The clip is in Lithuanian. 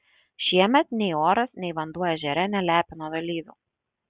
šiemet nei oras nei vanduo ežere nelepino dalyvių